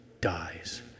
dies